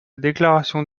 déclaration